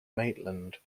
maitland